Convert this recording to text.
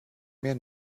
mehr